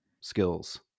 skills